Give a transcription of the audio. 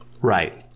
Right